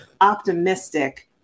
optimistic